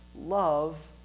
love